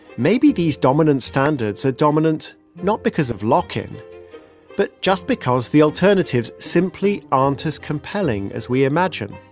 maybe these dominant standards are dominant not because of lock-in but just because the alternatives simply aren't as compelling as we imagine.